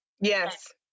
Yes